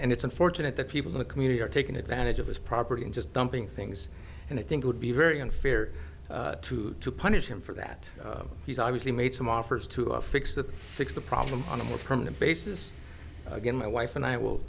and it's unfortunate that people in the community are taking advantage of his property and just dumping things and i think would be very unfair to to punish him for that he's obviously made some offers to fix that fix the problem on a more permanent basis again my wife and i will